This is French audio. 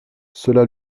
cela